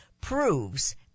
proves